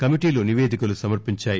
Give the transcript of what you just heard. కమిటీలు నిపేదికలు సమర్పించాయి